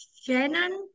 Shannon